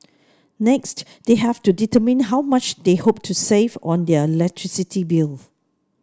next they have to determine how much they hope to save on their electricity bill